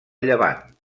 llevant